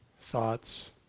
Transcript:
Thoughts